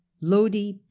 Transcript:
Lodi